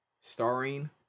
starring